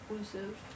exclusive